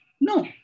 No